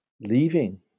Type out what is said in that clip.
leaving